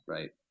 Right